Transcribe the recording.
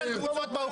לדבר.